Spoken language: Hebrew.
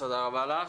תודה רבה לך.